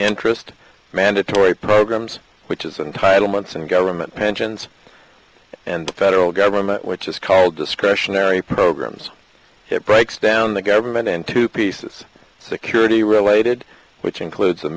interest mandatory programs which is entitle months and government pensions and the federal government which is called discretionary programs it breaks down the government into pieces security related which includes the